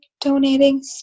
donating